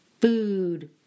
food